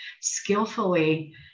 skillfully